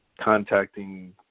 contacting